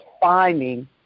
finding